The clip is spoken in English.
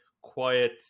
quiet